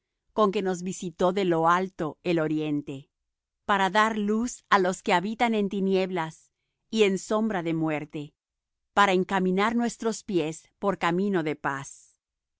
con que nos visitó de lo alto el oriente para dar luz á los que habitan en tinieblas y en sombra de muerte para encaminar nuestros pies por camino de paz